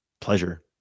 pleasure